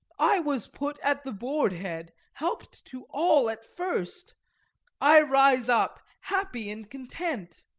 i was put at the board-head, helped to all at first i rise up happy and content.